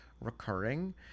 recurring